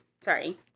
Sorry